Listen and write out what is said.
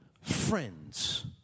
friends